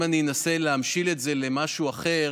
אם אני אנסה להמשיל את זה למשהו אחר,